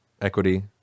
Equity